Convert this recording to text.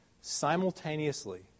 simultaneously